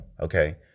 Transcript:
okay